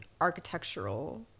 architectural